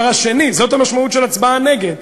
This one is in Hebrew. זאת המשמעות של הצבעה נגד,